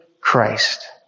Christ